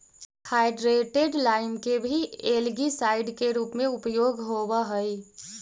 hydrated lime के भी algicide के रूप में उपयोग होव हई